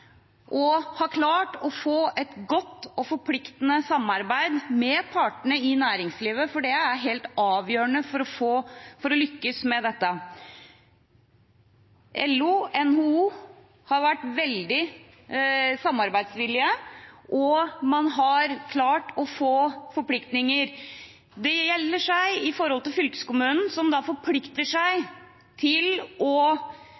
klart å få et godt og forpliktende samarbeid med partene i næringslivet, for det er helt avgjørende for å lykkes med dette. LO og NHO har vært veldig samarbeidsvillige, og man har klart å få til forpliktelser. Det gjelder for fylkeskommunen, som forplikter seg til å dimensjonere skoletilbudet på en sånn måte at de som